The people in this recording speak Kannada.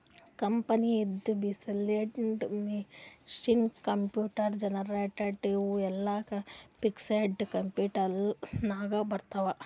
ಕಂಪನಿದು ಬಿಲ್ಡಿಂಗ್, ಮೆಷಿನ್, ಕಂಪ್ಯೂಟರ್, ಜನರೇಟರ್ ಇವು ಎಲ್ಲಾ ಫಿಕ್ಸಡ್ ಕ್ಯಾಪಿಟಲ್ ನಾಗ್ ಬರ್ತಾವ್